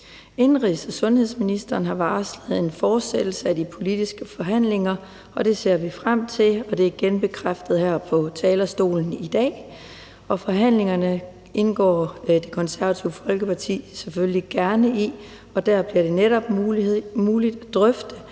Indenrigs- og sundhedsministeren har varslet en fortsættelse af de politiske forhandlinger. Det ser vi frem til, og det er genbekræftet her på talerstolen i dag. Det Konservative Folkeparti indgår naturligvis gerne i forhandlingerne, og der bliver det netop muligt at drøfte